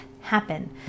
happen